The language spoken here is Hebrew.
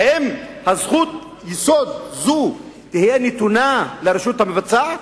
האם זכות יסוד זו תהיה נתונה לרשות המבצעת?